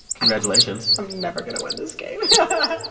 congratulations i'm never going to win this game and